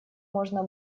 можно